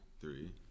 three